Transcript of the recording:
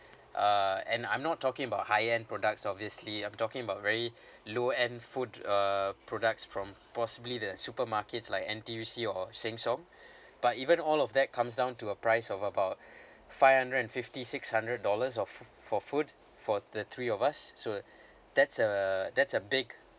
uh and I'm not talking about high end products obviously I'm talking about very low end food uh products from possibly the supermarkets like N_T_U_C or sheng siong but even all of that comes down to a price of about five hundred and fifty six hundred dollars of for food for the three of us so that's uh that's a big